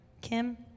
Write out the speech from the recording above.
Kim